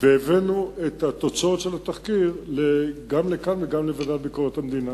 והבאנו את תוצאות התחקיר גם לכאן וגם לוועדה לביקורת המדינה.